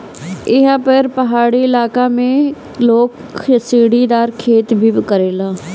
एहा पर पहाड़ी इलाका में लोग सीढ़ीदार खेती भी करेला